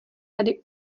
tady